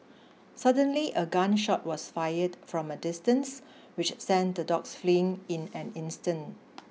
suddenly a gun shot was fired from a distance which sent the dogs fleeing in an instant